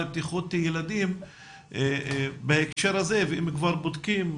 בטיחות ילדים בהקשר הזה ואם כבר בודקים,